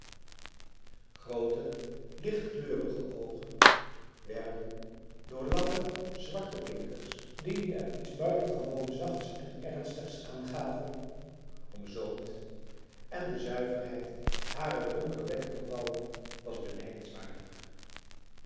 groote lichtkleurige oogen werden door lange zwarte pinkers die er iets buitengewoon zachts en ernstigs aan gaven omzoomd en de zuiverheid harer donkere wenkbrauwen was benijdenswaardig